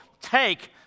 take